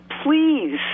please